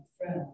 friend